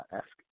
ask